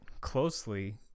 closely